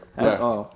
Yes